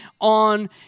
on